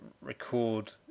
record